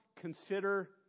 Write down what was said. consider